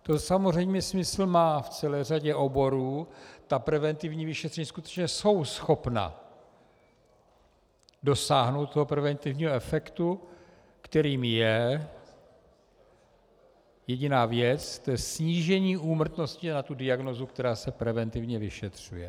To samozřejmě smysl má v celé řadě oborů, ta preventivní vyšetření skutečně jsou schopna dosáhnout toho preventivního efektu, kterým je jediná věc snížení úmrtnosti na diagnózu, která se preventivně vyšetřuje.